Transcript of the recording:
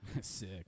Sick